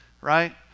right